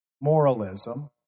moralism